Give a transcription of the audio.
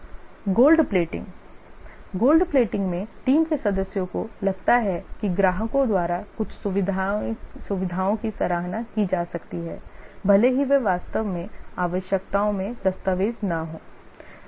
Gold plating gold plating में team के सदस्यों को लगता है कि ग्राहकों द्वारा कुछ सुविधाओं की सराहना की जा सकती है भले ही वे वास्तव में आवश्यकताओं में दस्तावेज़ न हों